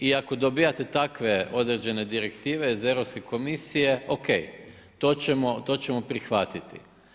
I ako dobijate takve određene direktive iz Europske komisije o.k. to ćemo prihvatiti.